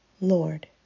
Lord